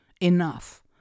enough